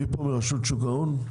מי פה מרשות שוק ההון?